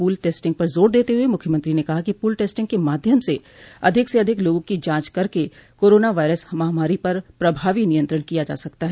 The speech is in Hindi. पूल टेस्टिंग पर जोर देते हुए मुख्यमंत्री ने कहा कि पूल टेस्टिंग के माध्यम से अधिक से अधिक लोगों की जांच करके कोरोना वायरस महामारी पर प्रभावी नियंत्रण किया जा सकता है